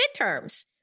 midterms